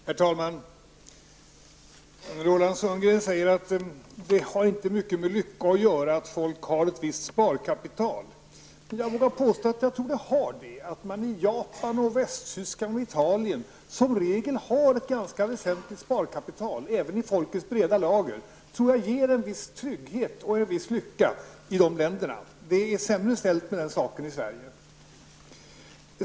Herr talman! Roland Sundgren säger att det inte har med lycka att göra när folk har ett visst sparkapital. Men jag vill påstå att jag tror att det har det. I Japan, Västtyskland och Italien har man som regel ett ganska väsentligt sparkapital, även i folkets breda lager. Det ger en viss trygghet och en viss lycka i de länderna. Det är sämre ställt med den saken i Sverige.